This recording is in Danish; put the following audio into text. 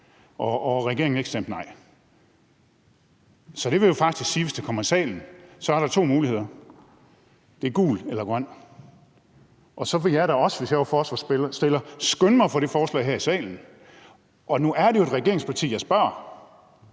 og regeringen ikke stemmer nej. Det vil jo faktisk sige, at hvis det kommer i salen, er der to muligheder, og det er gul eller grøn. Så ville jeg da også, hvis jeg var forslagsstiller, skynde mig at få det forslag her i salen. Og nu er det jo et regeringsparti, jeg spørger.